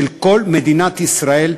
של כל מדינת ישראל,